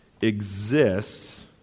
exists